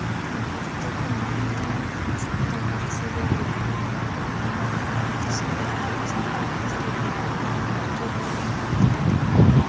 ᱟᱨᱠᱤ ᱡᱷᱚᱛᱚ ᱠᱷᱚᱱ ᱢᱟᱲᱟᱝ ᱛᱮᱱᱟᱜ ᱥᱟᱱᱛᱟᱲ ᱯᱟᱹᱨᱥᱤ ᱜᱮ ᱦᱳᱭᱳᱜ ᱠᱟᱱᱟ ᱵᱚᱣᱟᱜ ᱱᱚᱣᱟ ᱫᱤᱥᱚᱢ ᱨᱮᱫᱚ ᱟᱨᱠᱤ ᱱᱚᱣᱟ ᱥᱟᱱᱛᱟᱲ ᱯᱟᱹᱨᱥᱤ ᱜᱮ ᱯᱳᱭᱞᱳ ᱟᱨᱠᱤ ᱨᱚᱨᱚᱲᱟᱱ ᱦᱚᱲ ᱫᱚᱠᱚ ᱛᱟᱦᱮᱸ ᱠᱟᱱᱟ